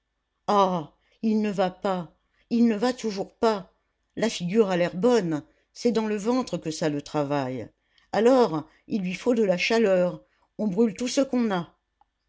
il ne va pas il ne va toujours pas la figure a l'air bonne c'est dans le ventre que ça le travaille alors il lui faut de la chaleur on brûle tout ce qu'on a